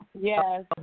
Yes